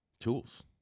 tools